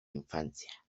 infancia